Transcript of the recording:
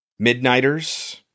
Midnighters